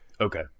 okay